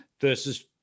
Versus